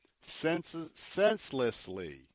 senselessly